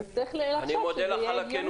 ועכשיו צריך לחשוב איך לעשות את זה הגיוני.